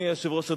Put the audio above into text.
אדוני היושב-ראש,